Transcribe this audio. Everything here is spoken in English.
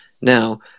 now